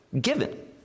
given